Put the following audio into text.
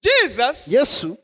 Jesus